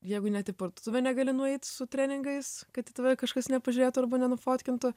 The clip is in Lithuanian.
jeigu net į parduotuvę negali nueit su treningais kad į tave kažkas nepažiūrėtų arba nenufotkintų